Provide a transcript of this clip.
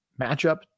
matchup